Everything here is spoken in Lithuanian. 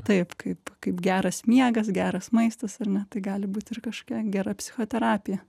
taip kaip kaip geras miegas geras maistas ar ne tai gali būt ir kažkokia gera psichoterapija